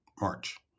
March